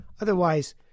Otherwise